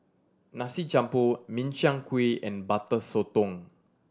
Nasi Campur Min Chiang Kueh and Butter Sotong